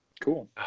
Cool